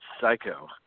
Psycho